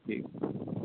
ٹھیک